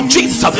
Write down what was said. Jesus